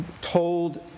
told